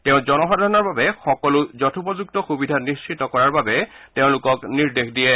তেওঁ জনসাধাৰণৰ বাবে সকলো যথোপযুক্ত সুবিধা নিশ্চিত কৰাৰ বাবে তেওঁলোকক নিৰ্দেশ দিয়ে